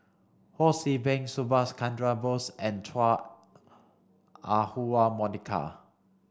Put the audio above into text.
Ho See Beng Subhas Chandra Bose and Chua Ah Huwa Monica